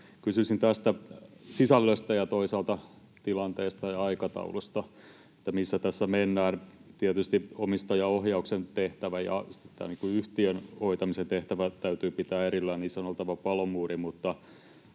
Kysyisin tästä sisällöstä ja toisaalta tilanteesta ja aikataulusta, missä tässä mennään. Tietysti omistajaohjauksen tehtävä ja yhtiön hoitamisen tehtävä täytyy pitää erillään — niissä on oltava palomuuri — mutta